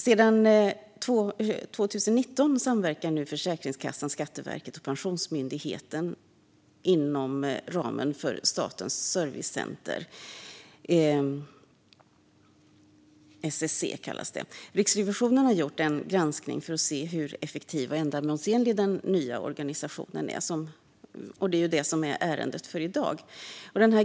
Sedan 2019 samverkar nu Försäkringskassan, Skatteverket och Pensionsmyndigheten inom ramen för Statens servicecenter, SSC. Riksrevisionen har gjort en granskning för att se hur effektiv och ändamålsenlig den nya organisationen är, vilket är ärendet för i dag.